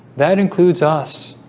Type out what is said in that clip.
that includes us